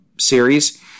series